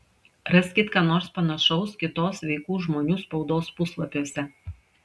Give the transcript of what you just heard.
raskit ką nors panašaus kitos sveikų žmonių spaudos puslapiuose